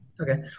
okay